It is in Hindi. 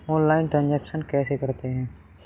ऑनलाइल ट्रांजैक्शन कैसे करते हैं?